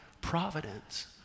providence